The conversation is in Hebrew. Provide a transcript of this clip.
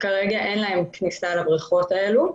כרגע אין להם כניסה לבריכות האלו,